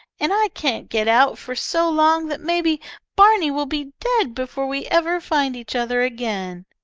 and i can't get out for so long that maybe barney will be dead before we ever find each other again.